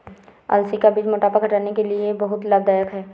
अलसी का बीज मोटापा घटाने के लिए बहुत लाभदायक है